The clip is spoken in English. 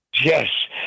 Yes